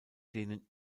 denen